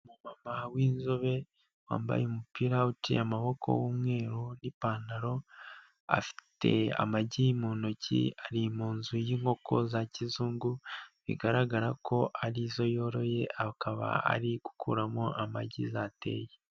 Umumama w'inzobe wambaye umupira ufite amaboko w'umweru n'ipantaro, afite amagi mu ntoki ari mu nzu y'inkoko za kizungu, bigaragara ko arizo yoroye akaba ari gukuramo amagi zateye.